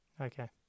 Okay